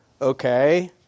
okay